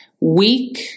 weak